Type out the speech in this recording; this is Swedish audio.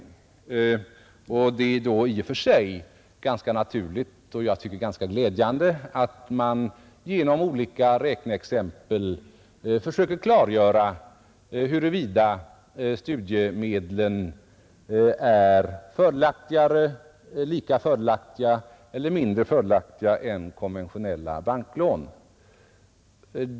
Det är då i och för sig ganska naturligt — och jag tycker ganska glädjande — att man genom olika räkneexempel försöker klargöra huruvida studiemedlen är fördelaktigare, lika fördelaktiga eller mindre fördelaktiga än konventionella banklån.